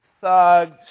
thug